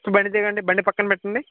so బండి దిగండి బండి పక్కన పెట్టండి